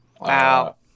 Wow